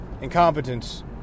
incompetence